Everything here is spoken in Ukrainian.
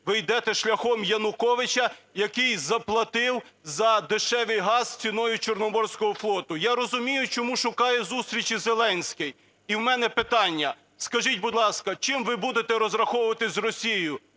Ви йдете шляхом Януковича, який заплатив за дешевий газ ціною Чорноморського флоту. Я розумію, чому шукає зустрічі Зеленський. І в мене питання. Скажіть, будь ласка, чим ви будете розраховуватись з Росією